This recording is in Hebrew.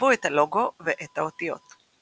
עיצבו את הלוגו ואת האותיות.